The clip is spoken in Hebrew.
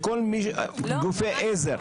גופי עזר?